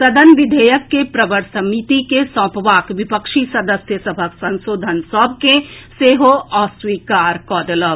सदन विधेयक के प्रवर समिति के सौंपबाक विपक्षी सदस्य सभक संशोधन सभ के सेहो अस्वीकार कऽ देलक